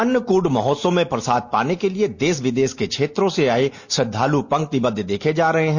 अन्नकूट महोत्सव में प्रसाद पाने के लिए देश विदेश के क्षेत्रों से आये श्रद्धालु पंक्ति बद्ध देखे जा रहे हैं